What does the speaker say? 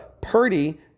Purdy